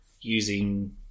using